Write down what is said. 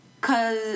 Cause